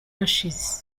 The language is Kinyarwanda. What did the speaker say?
ashes